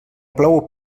plou